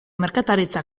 merkataritza